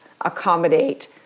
accommodate